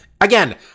again